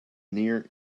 near